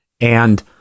And-